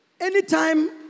Anytime